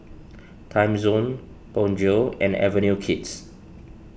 Timezone Bonjour and Avenue Kids